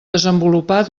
desenvolupar